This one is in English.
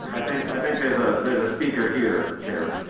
i think i think there's ah there's a speaker here, chair.